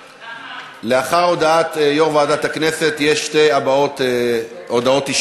לאחר הודעת יושב-ראש ועדת הכנסת יש שתי הודעות אישיות,